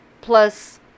Plus